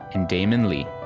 and damon lee